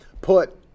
put